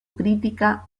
critica